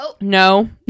No